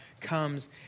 comes